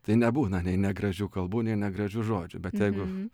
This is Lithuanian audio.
tai nebūna nei negražių kalbų nei negražių žodžių bet jeigu